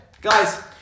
Guys